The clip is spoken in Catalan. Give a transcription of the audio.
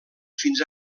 fins